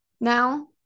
now